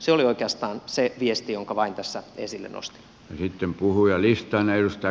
se oli oikeastaan se viesti jonka vain tässä esille nostin